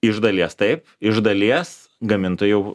iš dalies taip iš dalies gamintojai jau